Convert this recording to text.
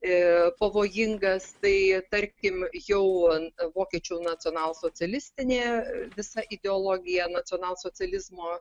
e pavojingas tai tarkim jau an vokiečių nacionalsocialistinė visa ideologija nacionalsocializmo